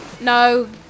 no